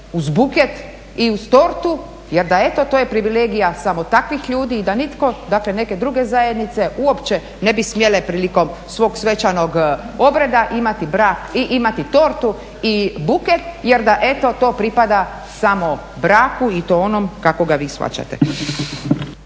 uz buket i uz tortu jer da eto to je privilegija samo takvih ljudi i da nitko neke druge zajednice ne bi smjele prilikom svog svečanog obreda imati tortu i buket jer da eto to pripada samo braku i to onom kako ga vi shvaćate.